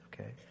okay